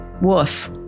woof